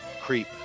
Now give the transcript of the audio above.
Creep